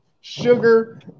Sugar